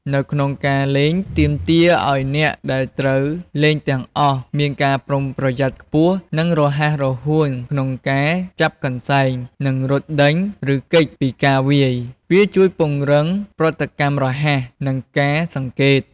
នៅក្នុងការលេងទាមទារឱ្យអ្នកដែលត្រូវលេងទាំងអស់មានការប្រុងប្រយ័ត្នខ្ពស់ និងរហ័សរហួនក្នុងការចាប់កន្សែង និងរត់ដេញ ឬគេចពីការវាយ វាជួយពង្រឹងប្រតិកម្មរហ័ស និងការសង្កេត។